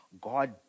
God